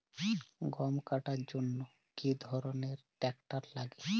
গম কাটার জন্য কি ধরনের ট্রাক্টার লাগে?